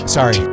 Sorry